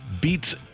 beats